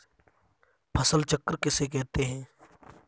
फसल चक्र किसे कहते हैं?